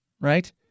right